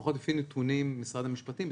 לפחות לפי נתונים של משרד המשפטים,